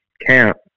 camp